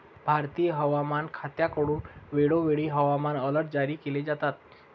भारतीय हवामान खात्याकडून वेळोवेळी हवामान अलर्ट जारी केले जातात